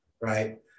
right